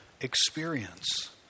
experience